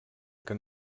que